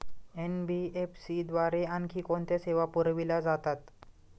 NBFC द्वारे आणखी कोणत्या सेवा पुरविल्या जातात?